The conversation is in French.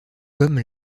comme